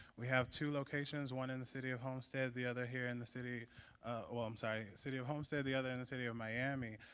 we have two locations, one in the city of homestead, the other here in the city ah i'm sorry, city of homestead, the other in the city of miami.